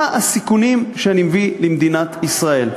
מה הסיכונים שאני מביא למדינת ישראל.